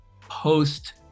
post